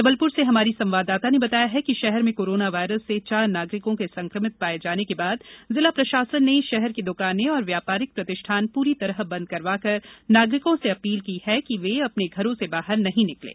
जबलपुर से हमारी संवाददाता ने बताया है कि शहर में कोरोना वायरस से चार नागरिकों के संक्रमित पाए जाने के बाद जिला प्रशासन ने शहर की दुकानें और व्यापारिक प्रतिष्ठान पूरी तरह बंद करवाकर नागरिकों से अपील की गई है कि वे अपने घरों से बाहर नहीं निकलें